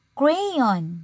crayon